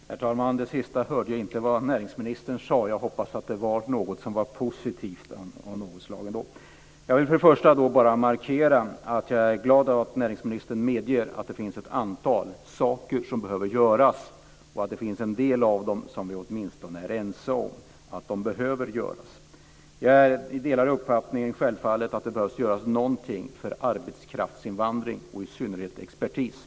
Herr talman! Det sista näringsministern sade hörde jag inte. Jag hoppas att det var något positivt. Jag vill sedan bara markera att jag är glad att näringsministern medger att det finns ett antal saker som behöver göras och att vi åtminstone är ense om en del av det som behöver göras. Jag delar självfallet uppfattningen att det behöver göras någonting när det gäller arbetskraftsinvandring, i synnerhet i fråga om expertis.